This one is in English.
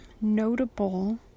notable